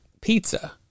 Pizza